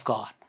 God